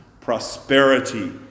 prosperity